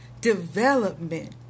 development